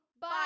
Bye